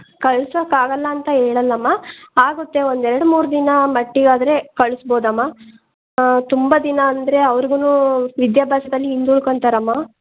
ಕಳ್ಸೋಕಾಗಲ್ಲಂತ ಹೇಳಲ್ಲಮ್ಮ ಆಗುತ್ತೆ ಒಂದೆರಡ್ಮೂರು ದಿನ ಮಟ್ಟಿಗಾದರೆ ಕಳ್ಸ್ಬೋದಮ್ಮ ತುಂಬ ದಿನ ಅಂದರೆ ಅವ್ರ್ಗು ವಿದ್ಯಾಭ್ಯಾಸದಲ್ಲಿ ಹಿಂದುಳ್ಕೊತಾರಮ್ಮ